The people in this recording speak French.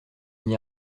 n’y